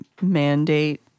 mandate